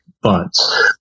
Funds